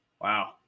wow